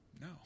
No